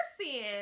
seeing